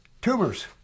Tumors